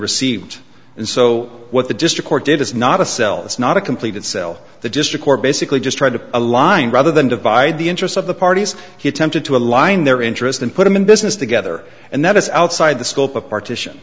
received and so what the district court did is not a cell's not a completed sell the district or basically just tried to align rather than divide the interests of the parties he attempted to align their interests and put them in business together and that is outside the scope of partition